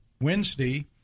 Wednesday